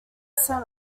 sent